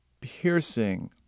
piercing